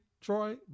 Troy